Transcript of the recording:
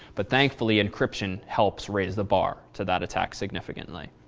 but thankfully, encryption helps raised the bar to that attack significantly.